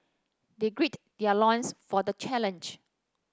they gird their loins for the challenge